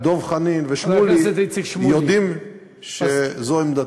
חברי הכנסת דב חנין ושמולי יודעים שזו עמדתי.